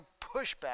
pushback